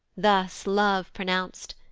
thus love pronounc'd,